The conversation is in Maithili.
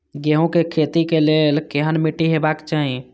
गेहूं के खेतीक लेल केहन मीट्टी हेबाक चाही?